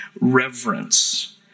reverence